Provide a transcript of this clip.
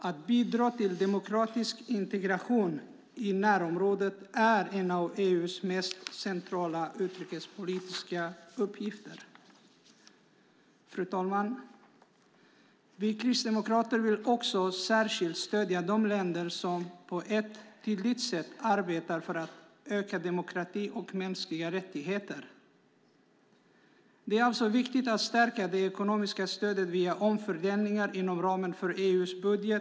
Att bidra till demokratisk integration i närområdet är en av EU:s mest centrala utrikespolitiska uppgifter. Fru talman! Vi kristdemokrater vill också särskilt stödja de länder som på ett tydligt sätt arbetar för att öka demokrati och mänskliga rättigheter. Det är alltså viktigt att stärka det ekonomiska stödet via omfördelningar inom ramen för EU:s budget.